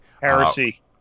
heresy